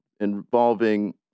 involving